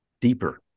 deeper